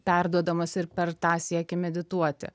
perduodamas ir per tą siekį medituoti